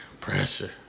Pressure